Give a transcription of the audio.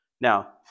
Now